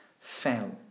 fell